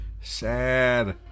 Sad